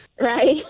Right